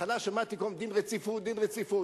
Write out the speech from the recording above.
בהתחלה כל הזמן שמעתי: דין רציפות, דין רציפות.